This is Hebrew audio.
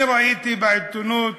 ראיתי בעיתונות